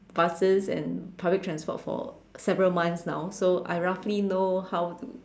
buses and public transport for several months now so I roughly know how to